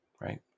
Right